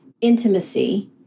intimacy